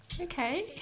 okay